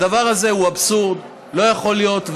הדבר הזה הוא אבסורד, לא יכול להיות.